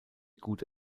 gut